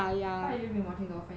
what have you been watching friends ah